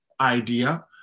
idea